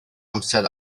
amser